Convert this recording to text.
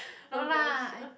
no lah I